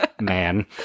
man